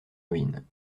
ruines